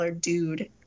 dude